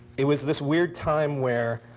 it was this weird time where